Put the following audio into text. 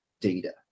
data